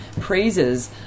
praises